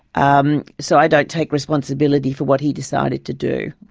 um so i don't take responsibility for what he decided to do.